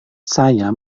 saya